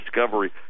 discovery